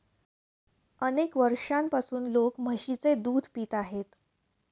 अनेक वर्षांपासून लोक म्हशीचे दूध पित आहेत